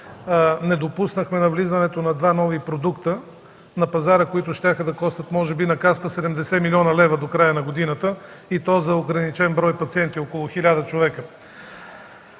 не допуснахме навлизането на два нови продукта на пазара, които може би щяха да костват на Касата 70 млн. лв. до края на годината и то за ограничен брой пациенти – около 1000 човека.